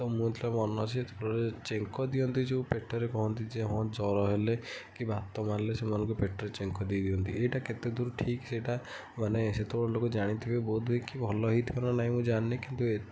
ତ ମୁଁ ଯେତେବେଳେ ମନେଅଛି ଯେତେବେଳେ ଚେଙ୍କ ଦିଅନ୍ତି ଯୋଉ ପେଟରେ କହନ୍ତିଯେ ହଁ ଜର ହେଲେ କି ବାତ ମାରିଲେ ସେମାନଙ୍କୁ ପେଟରେ ଚେଙ୍କ ଦେଇଦିଅନ୍ତି ଏଇଟା କେତେ ଦୂର ଠିକ୍ ସେଟା ମାନେ ସେତେବେଳେ ଲୋକ ଜାଣିଥିବେ ବୋଧହୁଏ କି ଭଲ ହେଇଥିବ ନା ନାହିଁ ମୁଁ ଜାଣିନି କିନ୍ତୁ